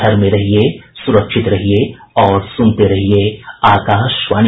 घर में रहिये सुरक्षित रहिये और सुनते रहिये आकाशवाणी